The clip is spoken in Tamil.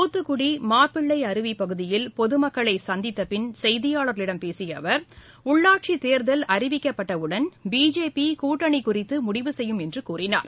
துத்துக்குடிமாப்பிள்ளைஅருவிபகுதியில் பொதுமக்களைசந்தித்தபின் செய்தியாளர்களிடம் பேசியஅவர் உள்ளாட்சித் தேர்தல் அறிவிக்கப்பட்டவுடன் பிஜேபிகூட்டனிகுறித்துமுடிவு செய்யப்படும் என்றும் கூறினார்